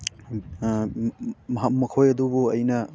ꯃꯈꯣꯏ ꯑꯗꯨꯕꯨ ꯑꯩꯅ